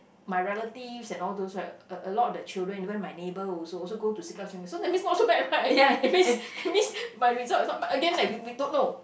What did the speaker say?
my relatives and all those right a a lot the children when my neighbour also also go to Siglap second so that means not so bad right that means that means my result is not bad again like we we don't know